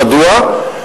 מדוע?